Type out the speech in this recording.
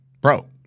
bro